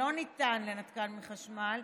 שלא ניתן לנתקם מחשמל,